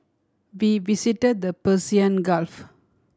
we visited the Persian Gulf